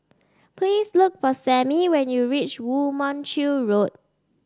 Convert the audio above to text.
please look for Sammie when you reach Woo Mon Chew Road